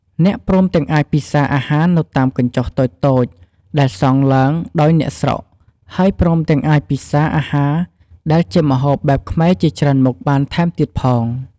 អ្នកព្រមទាំងអាចពិសាអាហារ នៅតាមកញ្ចុះតូចៗដែលសង់ឡើងដោយអ្នកស្រុកហើយ ព្រមទាំងអាចពិសាអាហារដែលជាម្ហូបបែបខ្មែរជាច្រើនមុខបានថែមទៀតផង។